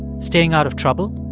staying out of trouble?